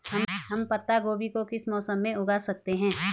हम पत्ता गोभी को किस मौसम में उगा सकते हैं?